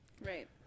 Right